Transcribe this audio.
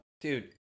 dude